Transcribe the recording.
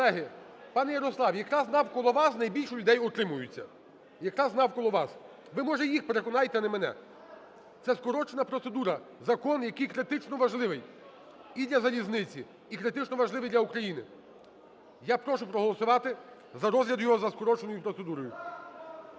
Колеги…пане Ярославе, якраз навколо вас найбільше людей утримується, якраз навколо вас, ви може їх переконайте, не мене, це скорочена процедура. Закон, який критично важливий і для залізниці, і критично важливий для України я прошу проголосувати за розгляд його за скороченою процедурою.